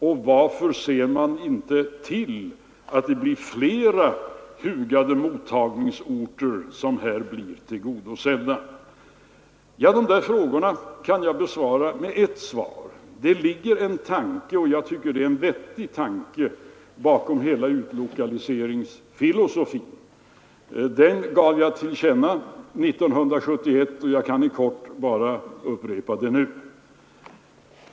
Och varför ser man inte till att det finns flera hugade mottagningsorter som tillgodoses? De där frågorna kan jag besvara genom att lämna ett besked. Det ligger en tanke — och jag tycker det är en vettig tanke — bakom hela utlokaliseringsfilosofin. Den gav jag till känna 1971, och jag kan i korthet upprepa den nu.